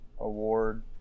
Award